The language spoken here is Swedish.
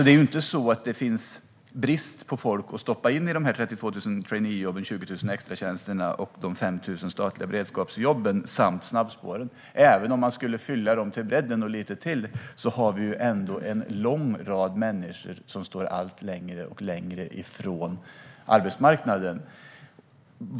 Det är inte så att det råder brist på folk att stoppa in i de 32 000 traineejobben, de 20 000 extratjänsterna, de 5 000 statliga beredskapsjobben samt snabbspåren. Även om man skulle fylla dem till brädden och lite till skulle vi ändå ha en lång rad människor som stod allt längre ifrån arbetsmarknaden.